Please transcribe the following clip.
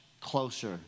closer